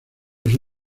oso